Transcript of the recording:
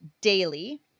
daily